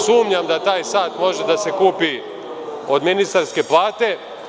Sumnjam da taj sat može da se kupi od ministarske plate.